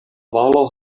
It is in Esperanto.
valo